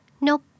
Nope